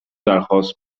درخواست